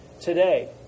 today